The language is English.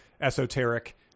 esoteric